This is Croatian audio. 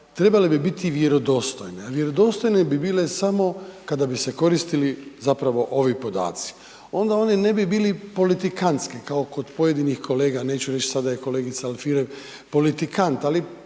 trebale bi biti vjerodostojne, a vjerodostojne bi bile samo kada bi se koristili zapravo ovi podaci, onda oni ne bi bili politikantski kao kod pojedinih kolega, neću reć' sad je kolegica Alfirev politikant, ali